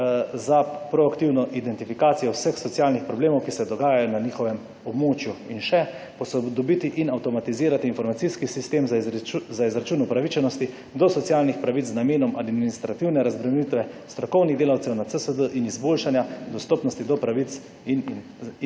za proaktivno identifikacijo vseh socialnih problemov, ki se dogajajo na njihovem območju. In še, posodobiti in avtomatizirani informacijski sistem za izračun upravičenosti do socialnih pravic z namenom administrativne razbremenitve strokovnih delavcev na CSD in izboljšanja dostopnosti do pravic in informacij